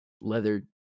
leather